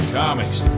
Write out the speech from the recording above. comics